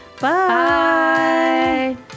Bye